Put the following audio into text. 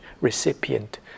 recipient